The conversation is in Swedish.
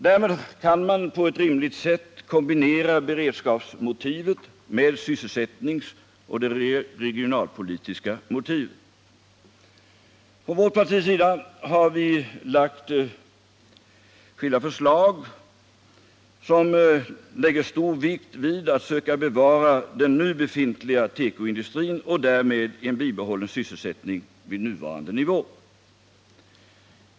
Därmed kan man på ett rimligt sätt kombinera beredskapsmotivet med sysselsättningsmotivet och det regionalpolitiska motivet. Vårt parti har framlagt skilda förslag, som fäster stor vikt vid att söka bevara den nu befintliga tekoindustrin och därmed en bibehållen sysselsättning på nuvarande nivå.